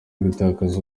gutakaza